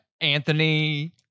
Anthony